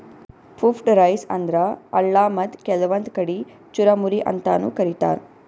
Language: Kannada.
ಪುಫ್ಫ್ಡ್ ರೈಸ್ ಅಂದ್ರ ಅಳ್ಳ ಮತ್ತ್ ಕೆಲ್ವನ್ದ್ ಕಡಿ ಚುರಮುರಿ ಅಂತಾನೂ ಕರಿತಾರ್